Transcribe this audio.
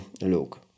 look